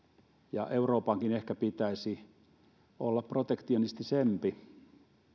ja euroopankin ehkä pitäisi olla protektionistisempi